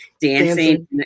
dancing